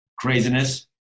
craziness